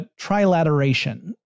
trilateration